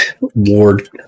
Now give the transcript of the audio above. ward